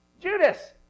Judas